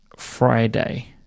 Friday